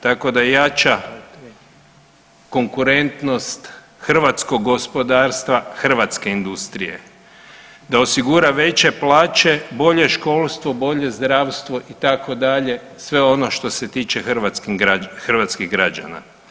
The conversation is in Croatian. Tako da jača konkurentnost Hrvatskog gospodarstva Hrvatske industrije, da osigura veće plaće, bolje školstvo, bolje zdravstvo itd. sve ono što se tiče Hrvatskih građana.